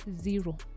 Zero